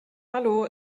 hallo